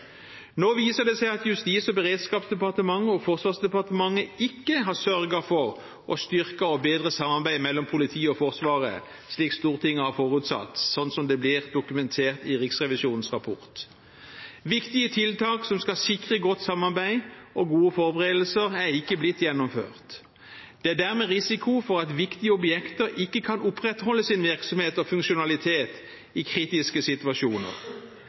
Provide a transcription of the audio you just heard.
Nå viser det seg at Justis- og beredskapsdepartementet og Forsvarsdepartementet ikke har sørget for å styrke og bedre samarbeidet mellom politiet og Forsvaret, slik Stortinget har forutsatt – som det blir dokumentert i Riksrevisjonens rapport. Viktige tiltak som skal sikre godt samarbeid og gode forberedelser, er ikke blitt gjennomført. Det er dermed risiko for at viktige objekter ikke kan opprettholde sin virksomhet og funksjonalitet i kritiske situasjoner.